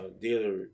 dealer